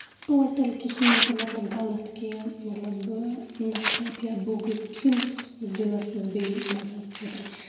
total کِہیٖنۍ تہِ مطلب غلط کیٚنہہ مطلب نَفرت یا بۄگُز کُنہِ تہِ قٕسمُک دِلَس منٛز بیٚیہِ مَزہب خٲطرٕ